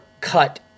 cut